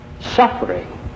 suffering